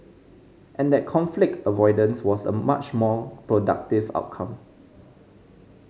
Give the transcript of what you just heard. and that conflict avoidance was a much more productive outcome